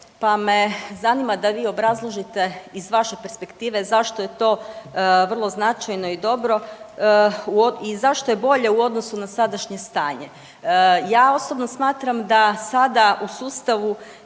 pa me zanima da vi obrazložite iz vaše perspektive zašto je to vrlo značajno i dobro i zašto je bolje u odnosu na sadašnje stanje. Ja osobno smatram da sada u sustavu